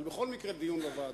אבל בכל מקרה דיון בוועדה.